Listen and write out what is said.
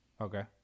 Okay